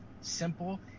simple